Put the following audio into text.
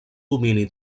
domini